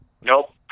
Nope